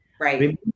Right